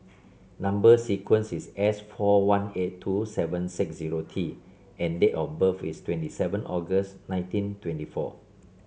number sequence is S four one eight two seven six zero T and date of birth is twenty seven August nineteen twenty four